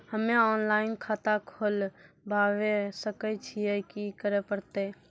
हम्मे ऑफलाइन खाता खोलबावे सकय छियै, की करे परतै?